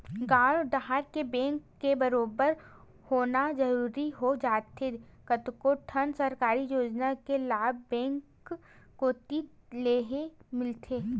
गॉंव डहर के बेंक के बरोबर होना जरूरी हो जाथे कतको ठन सरकारी योजना के लाभ बेंक कोती लेही मिलथे